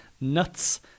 nuts